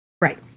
Right